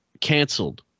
canceled